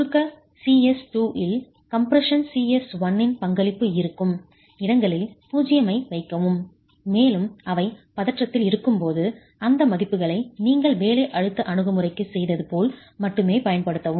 சுருக்க Cs2 இல் compression Cs1 இன் பங்களிப்பு இருக்கும் இடங்களில் 0 ஐ வைக்கவும் மேலும் அவை பதற்றத்தில் இருக்கும்போது அந்த மதிப்புகளை நீங்கள் வேலை அழுத்த அணுகுமுறைக்கு செய்தது போல் மட்டுமே பயன்படுத்தவும்